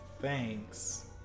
thanks